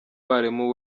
barimu